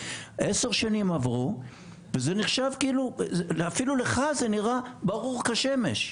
עשר שנים עברו וזה נחשב אפילו לך זה נראה ברור כשמש.